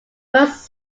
most